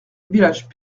village